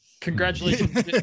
Congratulations